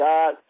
God